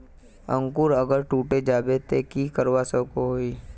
अंकूर अगर टूटे जाबे ते की करवा सकोहो ही?